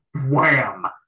Wham